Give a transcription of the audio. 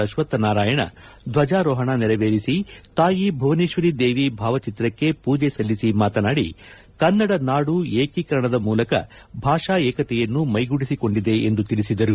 ಅಕ್ಷಕ್ಷ ನಾರಾಯಣ ಧ್ವಜಾರೋಹಣ ನೆರವೇರಿಸಿ ತಾಯಿ ಭುವನೇಶ್ವರಿ ದೇವಿ ಭಾವಚಿತ್ರಕ್ಕೆ ಪೂಜೆ ಸಲ್ಲಿಸಿ ಮಾತನಾಡಿ ಕನ್ನಡ ನಾಡು ಏಕೀಕರಣದ ಮೂಲಕ ಭಾಷಾ ಏಕತೆಯನ್ನು ಮೈಗೂಡಿಸಿಕೊಂಡಿದೆ ಎಂದು ತಿಳಿಸಿದರು